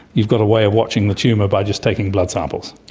you've got a way of watching the tumour by just taking blood samples.